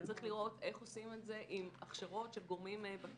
וצריך לראות איך עושים את זה עם הכשרות של גורמים בקהילה.